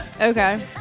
Okay